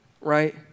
right